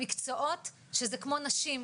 המקצועות שזה כמו נשים,